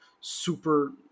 super